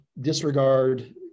disregard